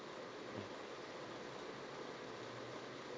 mm